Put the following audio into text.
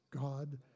God